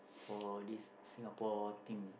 for this Singapore team